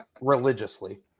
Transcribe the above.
religiously